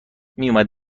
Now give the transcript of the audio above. میومد